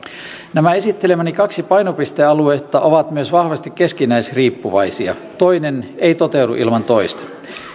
nämä esittelemäni kaksi painopistealuetta ovat myös vahvasti keskinäisriippuvaisia toinen ei toteudu ilman toista